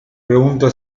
pregunta